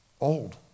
old